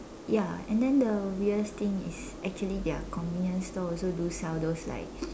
ya and then the weirdest thing is actually their convenience store also do sell those like